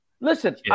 Listen